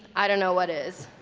i don't know what is